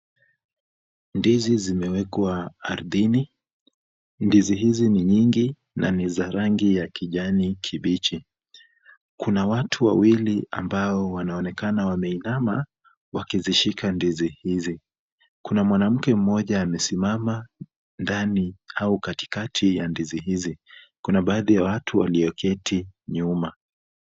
Ndizi zimewekwa ardhini, ndizi hizi ni nyingi na ni za rangi ya kijani kibichi. Kuna watu wawili ambao wanaonekana wameinama wakizishika ndizi hizi. Kuna mwanamke mmoja amesimama ndani au katikati ya ndizi hizi. Kuna baadhi ya watu walioketi nyuma.